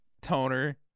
Toner